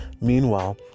Meanwhile